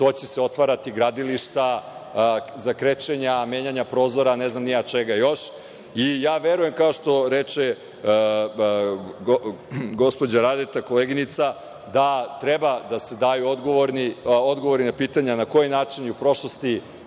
to će se otvarati gradilišta, za krečenja, menjanja prozora, ne znam ni ja čega još i ja verujem, kao što reče gospođa Radeta, koleginica, da treba da se daju odgovori na pitanja, na koji način su u prošlosti